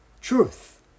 truth